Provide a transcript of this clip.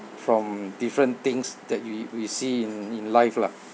from different things that we we see in in life lah